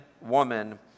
woman